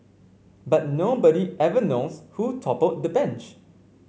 but nobody ever knows who toppled the bench